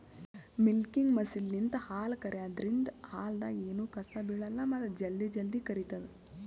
milking ಮಷಿನ್ಲಿಂತ್ ಹಾಲ್ ಕರ್ಯಾದ್ರಿನ್ದ ಹಾಲ್ದಾಗ್ ಎನೂ ಕಸ ಬಿಳಲ್ಲ್ ಮತ್ತ್ ಜಲ್ದಿ ಜಲ್ದಿ ಕರಿತದ್